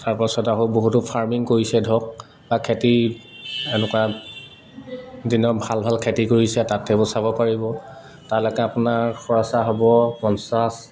তাৰপাছত আহোঁ বহুতো ফাৰ্মিং কৰিছে ধৰক বা খেতি এনেকুৱা দিনৰ ভাল ভাল খেতি কৰিছে তাত সেইবোৰ চাব পাৰিব তালৈকে আপোনাৰ খৰচা হ'ব পঞ্চাছ